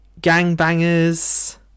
gangbangers